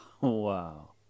Wow